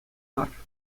мар